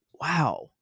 wow